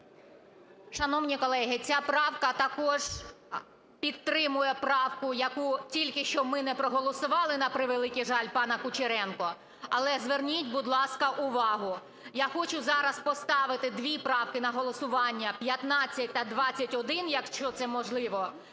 Шановні колеги, ця правка також підтримує правку, яку тільки що ми не проголосували, на превеликий жаль, пана Кучеренка. Але зверніть, будь ласка, увагу, я хочу зараз поставити дві правки на голосування 15 та 21, якщо це можливо,